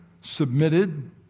submitted